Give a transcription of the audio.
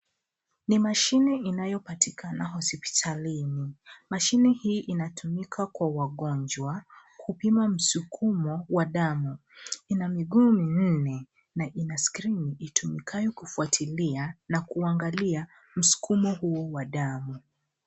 Ni mashine inayopatikana hospitalini. Mashine hii inatumika kwa wagonjwa kupima msukumo wa damu. Ina miguu minne na ina skrini itumikayo kufuatilia na kuangalia msukumo huo wa damu.